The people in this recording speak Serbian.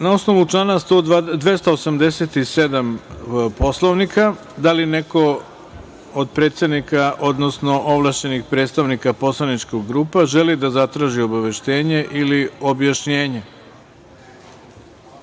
osnovu člana 287. Poslovnika da li neko od predsednika, odnosno ovlašćenih predstavnika poslaničkih grupa želi da zatraži obaveštenje ili objašnjenje.